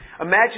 Imagine